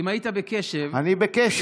אם היית בקשב, אני בקשב.